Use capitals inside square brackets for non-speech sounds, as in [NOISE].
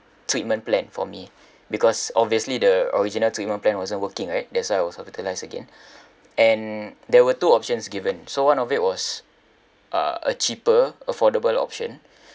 treatment plan for me because obviously the original treatment plan wasn't working right that's why I was hospitalised again [BREATH] and there were two options given so one of it was uh a cheaper affordable option